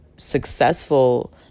successful